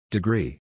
Degree